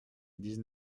dix